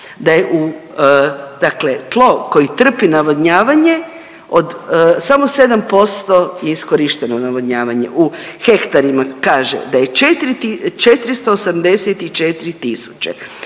dakle tlo koje trpi navodnjavanje samo 7% je iskorišteno navodnjavanje u hektarima kaže da je 484 tisuće